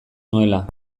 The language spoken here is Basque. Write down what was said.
nuela